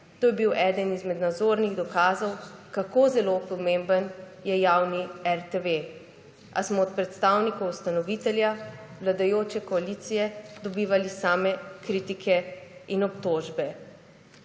To je bil eden izmed nazornih dokazov, kako zelo pomemben je javni RTV. A smo od predstavnikov ustanovitelja, vladajoče koalicije, dobivali same kritike in obtožbe.«